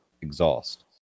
exhaust